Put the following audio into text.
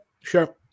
Sure